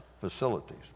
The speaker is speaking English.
facilities